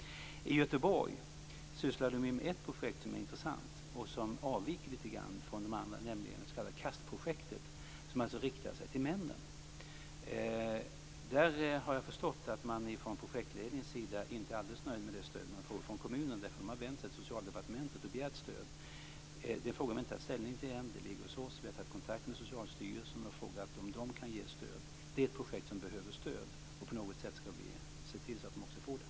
I Göteborg sysslar man med ett intressant projekt som avviker lite grann från de andra, nämligen det s.k. KAST-projektet, som alltså riktar sig till männen. Där har jag förstått att man från projektledningens sida inte är alldeles nöjd med det stöd man får från kommunen. Man har nämligen vänt sig till Socialdepartementet och begärt stöd. Denna fråga har vi inte tagit ställning till än. Den ligger hos oss. Vi har tagit kontakt med Socialstyrelsen och frågat om den kan ge stöd. Detta är ett projekt som behöver stöd, och på något sätt skall vi se till att det också får det.